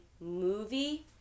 movie